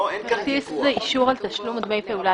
לפי הפקודה ההגדרה "כרטיס" היא "אישור על תשלום דמי פעולה".